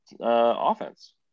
offense